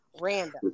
Random